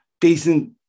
Decent